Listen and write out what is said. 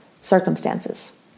circumstances